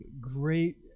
great